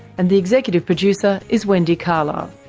and the executive producer is wendy carlisle.